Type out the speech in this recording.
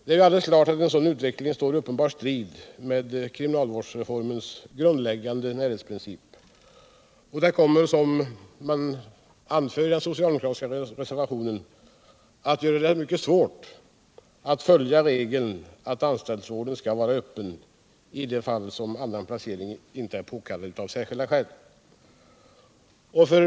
Det är ju alldeles klart att en sådan utveckling står i strid med kriminalvårdsreformens grundläggande närhetsprincip. Som anförs i den socialdemokratiska reservationen kommer det därigenom att bli mycket svårt att följa regeln att anstaltsvården skall vara öppen i de fall då annan placering inte är påkallad av särskilda skäl.